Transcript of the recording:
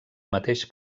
mateix